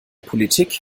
politik